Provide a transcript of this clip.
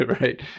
right